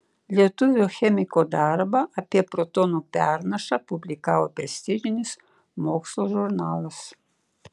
lietuvio chemiko darbą apie protonų pernašą publikavo prestižinis mokslo žurnalas